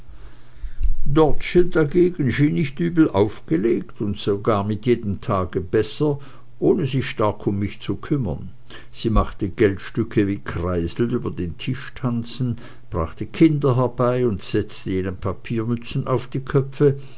dagegen schien nicht übel aufgelegt und sogar mit jedem tage besser ohne sich stark um mich zu kümmern sie machte geldstücke wie kreisel über den tisch tanzen brachte kinder herbei und setzte ihnen papiermützen auf die köpfe